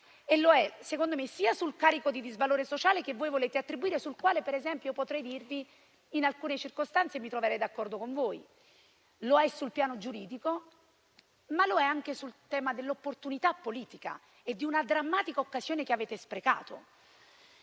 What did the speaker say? lo è, secondo me, sia sul carico di disvalore sociale che voi volete attribuire e sul quale potrei dirvi che in alcune circostanze mi troverei d'accordo con voi; lo è sul piano giuridico, ma lo è anche sul tema dell'opportunità politica e di una drammatica occasione che avete sprecato